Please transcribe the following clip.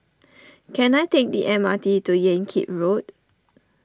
can I take the M R T to Yan Kit Road